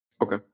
Okay